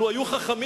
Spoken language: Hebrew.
לו היו חכמים,